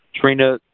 Trina